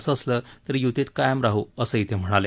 असं असलं तरी युतीत कायम राहू असेही ते म्हणाले